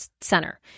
Center